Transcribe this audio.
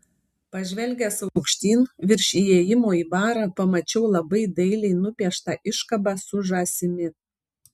pažvelgęs aukštyn virš įėjimo į barą pamačiau labai dailiai nupieštą iškabą su žąsimi